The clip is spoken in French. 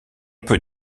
peut